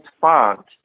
font